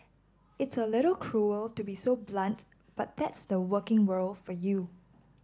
it's a little cruel to be so blunt but that's the working world for you